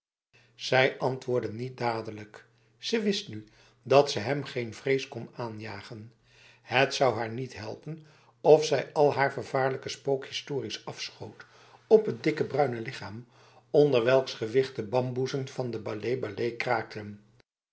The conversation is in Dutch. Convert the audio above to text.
zij antwoordde niet dadelijk ze wist nu dat ze hem geen vrees kon aanjagen het zou haar niet helpen of zij al haar vervaarlijke spookhistories afschoot op het dikke bruine lichaam onder welks gewicht de bamboezen van de balé balé kraakten